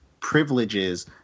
privileges